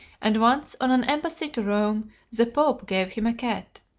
and once on an embassy to rome the pope gave him a cat.